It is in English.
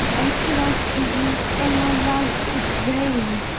until i see you all my life is vain.